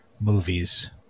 movies